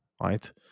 right